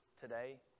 today